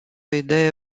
idee